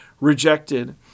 rejected